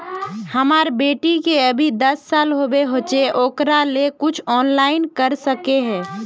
हमर बेटी के अभी दस साल होबे होचे ओकरा ले कुछ ऑनलाइन कर सके है?